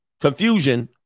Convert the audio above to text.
confusion